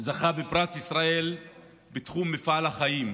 זכה בפרס ישראל בתחום מפעל חיים,